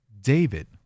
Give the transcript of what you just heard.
David